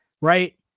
right